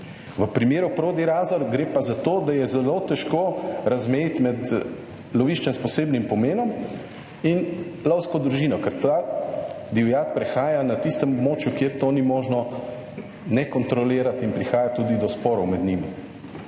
V primeru Prodi Razor gre pa za to, da je zelo težko razmejiti med lovišča s posebnim pomenom in lovsko družino, ker ta divjad prehaja na tistem območju, kjer to ni možno ne kontrolirati in prihaja tudi do sporov med njimi.